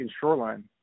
Shoreline